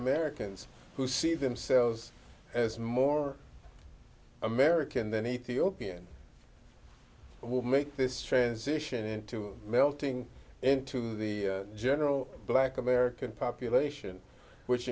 americans who see themselves as more american than ethiopian will make this transition into melting into the general black american population which